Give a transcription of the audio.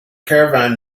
caravan